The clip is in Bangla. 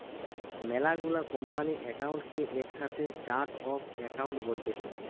মেলা গুলা কোম্পানির একাউন্ট কে একসাথে চার্ট অফ একাউন্ট বলতিছে